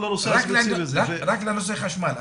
רק לנושא חשמל,